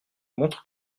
montre